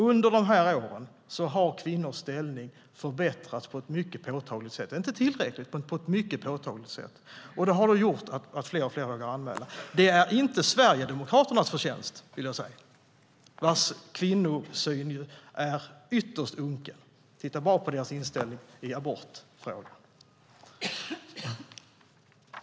Under de här åren har kvinnors ställning förbättrats på ett mycket påtagligt sätt, inte tillräckligt men på ett mycket påtagligt sätt. Det har gjort att fler och fler vågar anmäla. Det är inte Sverigedemokraternas förtjänst, vill jag säga. Deras kvinnosyn är ytterst unken. Titta bara på deras inställning i abortfrågan!